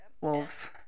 Wolves